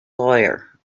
lawyer